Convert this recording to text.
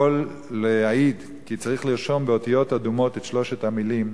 יכול להעיד כי צריך לרשום באותיות אדומות את שלוש המלים: